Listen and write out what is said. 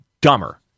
Dumber